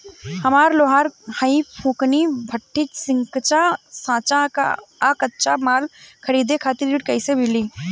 हम लोहार हईं फूंकनी भट्ठी सिंकचा सांचा आ कच्चा माल खरीदे खातिर ऋण कइसे मिली?